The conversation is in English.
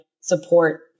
support